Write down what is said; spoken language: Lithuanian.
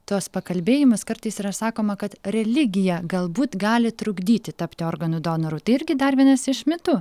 tuos pakalbėjimus kartais yra sakoma kad religija galbūt gali trukdyti tapti organų donoru tai irgi dar vienas iš mitų